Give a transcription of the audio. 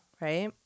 right